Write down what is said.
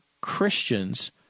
Christians